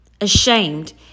Ashamed